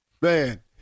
Man